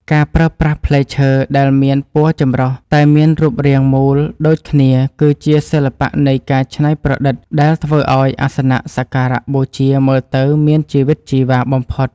ការប្រើប្រាស់ផ្លែឈើដែលមានពណ៌ចម្រុះតែមានរូបរាងមូលដូចគ្នាគឺជាសិល្បៈនៃការច្នៃប្រឌិតដែលធ្វើឱ្យអាសនៈសក្ការៈបូជាមើលទៅមានជីវិតជីវ៉ាបំផុត។